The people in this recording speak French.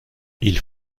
ils